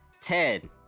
Ted